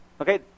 Okay